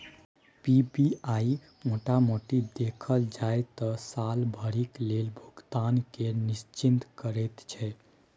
PPI मोटा मोटी देखल जाइ त साल भरिक लेल भुगतान केँ निश्चिंत करैत छै